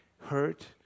hurt